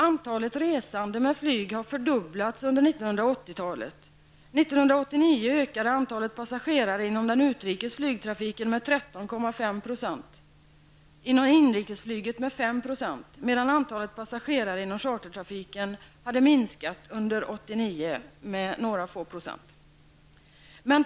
Antalet resande med flyg har fördubblats under 1980-talet. År 1989 ökade antalet passagerare inom utrikesflygtrafiken med 13,5 26 och inom inrikesflyget med 5 90, medan antalet passagerare inom chartertrafiken minskade med några få procent.